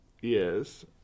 yes